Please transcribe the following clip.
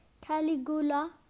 Caligula